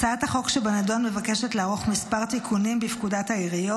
הצעת החוק שבנדון מבקשת לערוך כמה תיקונים מספר תיקונים בפקודת העיריות,